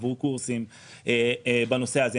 עברו קורסים בנושא הזה,